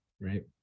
right